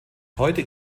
heute